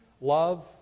love